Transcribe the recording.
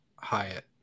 Hyatt